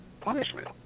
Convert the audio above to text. punishment